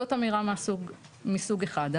זאת אמירה מסוג אחד.